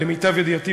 למיטב ידיעתי,